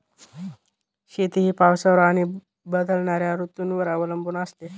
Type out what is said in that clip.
शेती ही पावसावर आणि बदलणाऱ्या ऋतूंवर अवलंबून असते